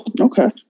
Okay